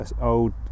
old